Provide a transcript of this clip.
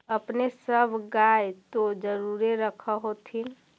अपने सब गाय तो जरुरे रख होत्थिन?